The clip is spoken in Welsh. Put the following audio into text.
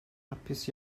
hapus